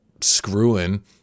screwing